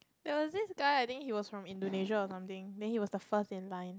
there was this guy I think he was from Indonesia or something then he was the first in line